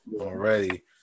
Already